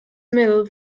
mills